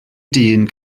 dyn